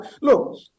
look